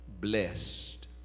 blessed